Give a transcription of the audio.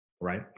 right